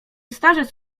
starzec